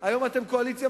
היום אתם קואליציה,